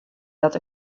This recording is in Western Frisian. dat